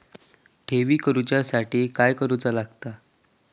ठेवी करूच्या साठी काय करूचा लागता?